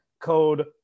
Code